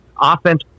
offense